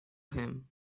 him